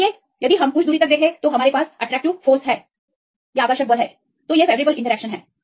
इसलिए यदि हम कुछ दूरी तक देखें तो हमारे पास आकर्षक बल है इस प्रकार अनुकूल इंटरएक्शनस